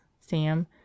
sam